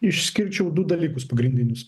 išskirčiau du dalykus pagrindinius